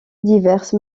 diverses